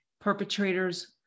perpetrators